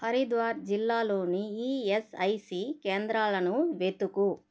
హరిద్వార్ జిల్లాలోని ఈఎస్ఐసి కేంద్రాలను వెతుకు